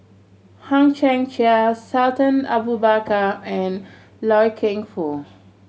Hang Chang Chieh Sultan Abu Bakar and Loy Keng Foo